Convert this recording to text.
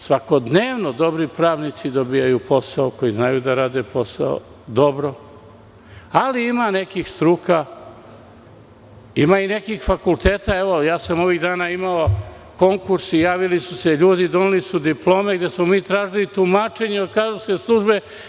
Svakodnevno dobri pravnici dobijaju posao koji znaju da rade posao dobro, ali ima nekih struka, ima i nekih fakulteta - ovih dana sam imao konkurs i javili su se ljudi, doneli su diplome za koje smo tražili tumačenje od kadrovske službe.